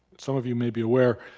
some of you may be aware,